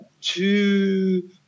two